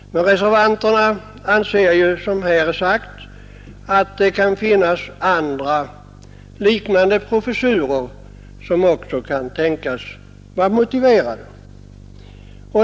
Reservanterna anser emellertid, som här är sagt, att det kan finnas andra liknande professurer som också kan tänkas vara motiverade.